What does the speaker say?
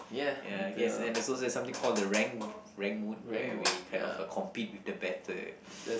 ya I guess and there's also like something called the rank rank mode where we kind of uh compete with the better